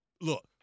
look